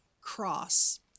cross